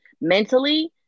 mentally